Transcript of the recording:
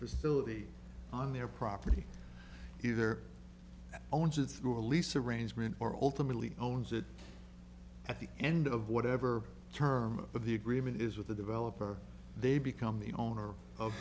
facility on their property either owns it through a lease arrangement or ultimately owns it at the end of whatever term but the agreement is with the developer they become the owner of